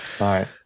Right